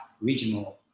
regional